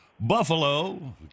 Buffalo